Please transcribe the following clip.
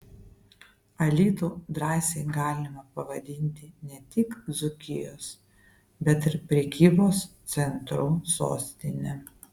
alytų drąsiai galima pavadinti ne tik dzūkijos bet ir prekybos centrų sostine